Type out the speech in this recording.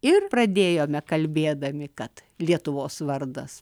ir pradėjome kalbėdami kad lietuvos vardas